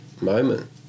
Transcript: moment